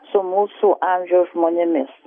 su mūsų amžiaus žmonėmis